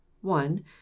one